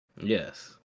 yes